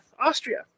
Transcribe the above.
Austria